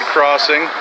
Crossing